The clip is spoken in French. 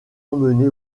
emmené